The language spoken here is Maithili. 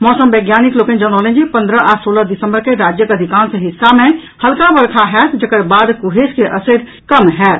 मौसम वैज्ञानिक लोकनि जनौलनि जे पन्द्रह आ सोलह दिसम्बर के राज्यक अधिकांश हिस्सा मे हल्का वर्षा होयत जकर बाद कुहेस के असरि कम होयत